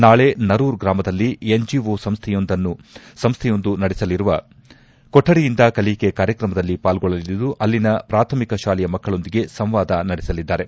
ನಾಳೆ ನರೂರ್ ಗ್ರಾಮದಲ್ಲಿ ಎನ್ಜಿಒ ಸಂಸ್ಥೆಯೊಂದು ನಡೆಸಲಿರುವ ಕೊಠಡಿಯಿಂದ ಕಲಿಕೆ ಕಾರ್ಯಕ್ರಮದಲ್ಲಿ ಪಾಲ್ಗೊಳ್ಳಲಿದ್ದು ಅಲ್ಲಿನ ಪ್ರಾಥಮಿಕ ಶಾಲೆಯ ಮಕ್ಕಳೊಂದಿಗೆ ಸಂವಾದ ನಡೆಸಲಿದ್ದಾರೆ